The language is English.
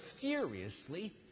furiously